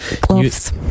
Gloves